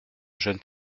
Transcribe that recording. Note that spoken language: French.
jeunes